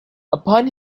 upon